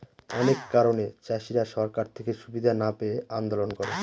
অনেক কারণে চাষীরা সরকার থেকে সুবিধা না পেয়ে আন্দোলন করে